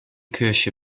kirche